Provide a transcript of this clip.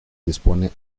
dispone